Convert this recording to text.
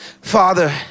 Father